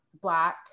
Black